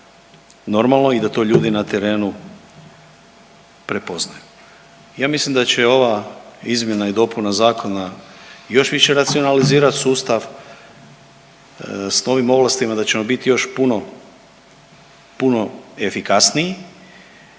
normalno i da to ljudi na terenu prepoznaju. Ja mislim da će ova izmjena i dopuna zakona još više racionalizirati sustav. S novim ovlastima da ćemo biti još puno, puno efikasniji,